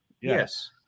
yes